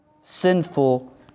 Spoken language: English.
sinful